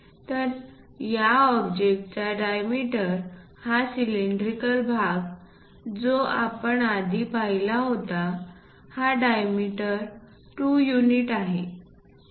तर या ऑब्जेक्टचा डायमीटर हा सिलेंड्रिकल भाग जो आपण आधी पाहिला होता हा डायमिटर 2 युनिट आहे